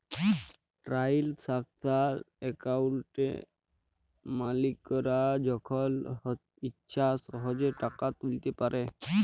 টারালসাকশাল একাউলটে মালিকরা যখল ইছা সহজে টাকা তুইলতে পারে